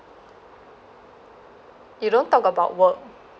you don't talk about work